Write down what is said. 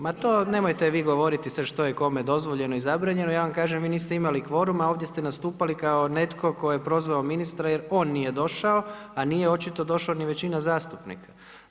Ma to nemojte vi govoriti sad što je kome dozvoljeno i zabranjeno, ja vam kažem vi niste imali kvoruma, ovdje ste nastupali kao netko tko je prozvao ministra jer on nije došao, a nije očito došla ni većina zastupnika.